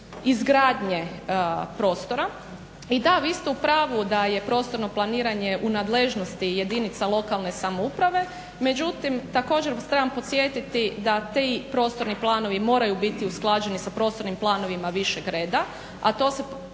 izgradnje prostora. I da, vi ste u pravu da je prostorno planiranje u nadležnosti jedinica lokalne samouprave, međutim također vas trebam podsjetiti da ti prostorni planovi moraju biti usklađeni sa prostornim planovima višeg reda, a to se